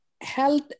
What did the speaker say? health